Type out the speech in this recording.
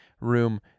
room